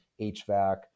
HVAC